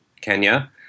Kenya